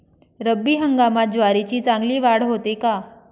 रब्बी हंगामात ज्वारीची चांगली वाढ होते का?